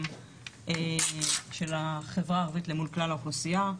של החברה הערבית למול כלל האוכלוסייה,